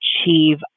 achieve